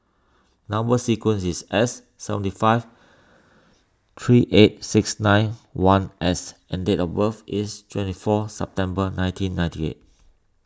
Number Sequence is S seventy five three eight six nine one S and date of birth is twenty four September nineteen ninety eight